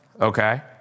okay